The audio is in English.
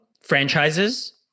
franchises